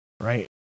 right